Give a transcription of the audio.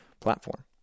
Platform